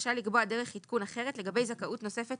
רשאי לקבוע דרך עדכון אחרת לגבי זכאות נוספת